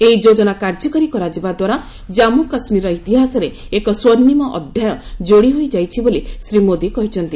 ଏହି ଯୋଜନା କାର୍ଯ୍ୟକାରୀ କରାଯିବା ଦ୍ୱାରା କାଞ୍ଗୁ କାଶ୍ମୀରର ଇତିହାସରେ ଏକ ସ୍ୱର୍ଷିମ ଅଧ୍ୟାୟ ଯୋଡ଼ି ହୋଇଯାଇଛି ବୋଲି ଶ୍ରୀ ମୋଦୀ କହିଛନ୍ତି